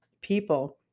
people